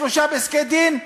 שלושה פסקי-דין,